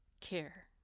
care